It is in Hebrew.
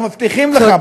ואנחנו מבטיחים לך,